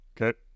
okay